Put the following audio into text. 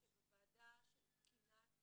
שבוועדה של תקינת